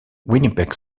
winnipeg